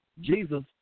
Jesus